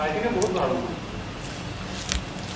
ঠাইখিনি বহুত ভাল